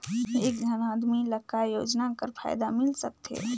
एक झन आदमी ला काय योजना कर फायदा मिल सकथे?